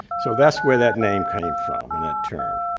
so that's where that name came from, and that term.